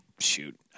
shoot